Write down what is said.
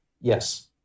Yes